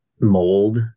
mold